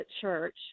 church